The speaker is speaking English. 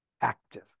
active